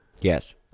Yes